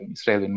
Israel